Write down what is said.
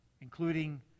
including